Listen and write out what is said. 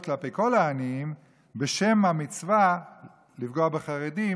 כלפי כל העניים בשם המצווה לפגוע בחרדים,